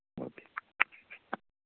okay